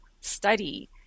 study